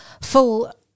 full